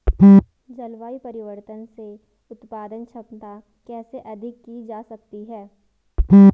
जलवायु परिवर्तन से उत्पादन क्षमता कैसे अधिक की जा सकती है?